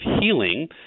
healing